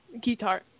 Guitar